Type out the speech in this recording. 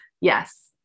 Yes